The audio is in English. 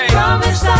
Promise